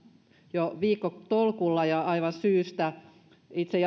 jo viikkotolkulla ja aivan syystä itse